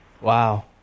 Wow